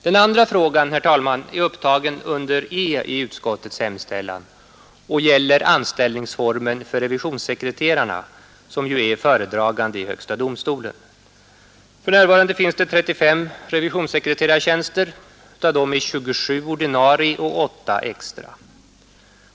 Den andra frågan, herr talman, är upptagen under punkten E i utskottets hemställan och gäller anställningsformen för revisionssekreterarna, som ju är föredragande i högsta domstolen. För närvarande finns det 35 revisionssekreterartjänster. Av dem är 27 ordinarie och 8 extra.